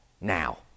now